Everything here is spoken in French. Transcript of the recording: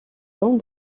long